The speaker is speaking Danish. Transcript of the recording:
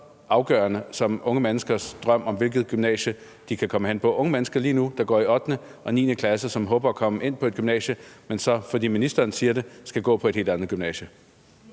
afgørende som unge menneskers drømme om, hvilket gymnasium de kan komme hen på? Det er unge mennesker, der er lige nu går i 8. og 9. klasse, og som håber at komme ind på et bestemt gymnasium, men fordi ministeren siger det, skal de så gå på et helt andet gymnasium.